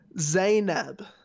Zainab